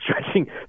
stretching